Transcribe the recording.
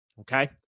okay